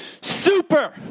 Super